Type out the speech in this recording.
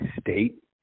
State